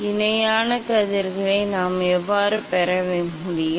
இணையான கதிர்களை நாம் எவ்வாறு பெற முடியும்